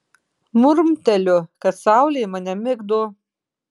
murmteliu kad saulė mane migdo